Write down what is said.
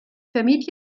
vermied